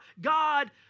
God